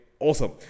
Awesome